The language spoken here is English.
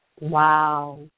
Wow